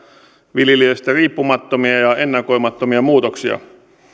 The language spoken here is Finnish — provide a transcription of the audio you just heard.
viljelijöistä riippumattomia ja ennakoimattomia muutoksia